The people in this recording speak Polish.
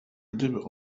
gdyby